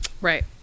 Right